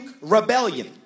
rebellion